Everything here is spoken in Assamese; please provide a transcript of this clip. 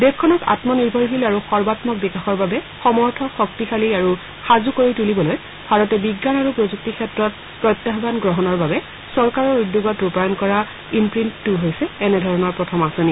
দেশখনক আত্ম নিৰ্ভৰশীল আৰু সৰ্বাম্মক বিকাশৰ বাবে সমৰ্থ শক্তিশালী আৰু সাজু কৰি তুলিবলৈ ভাৰতে বিজ্ঞান আৰু প্ৰযুক্তি ক্ষেত্ৰত প্ৰত্যাহান গ্ৰহণৰ বাবে চৰকাৰৰ উদ্যোগত ৰূপায়ন কৰা ইম্প্ৰীণ্ট হৈছে এনেধৰণৰ প্ৰথম আঁচনি